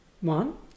one